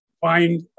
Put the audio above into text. find